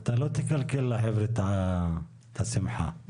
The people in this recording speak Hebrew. זה לא הדיון לרדת לרזולוציות כי